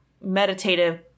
meditative